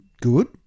Good